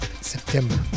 september